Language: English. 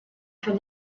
from